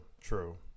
true